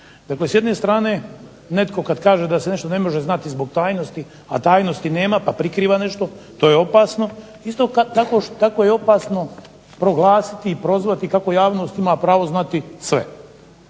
Dakle, s jedne strane netko kad kaže da se nešto ne može znati zbog tajnosti, a tajnosti nema pa prikriva nešto, to je opasno. Isto tako je opasno proglasiti i prozvati kako javnost ima pravo znati sve.